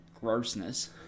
grossness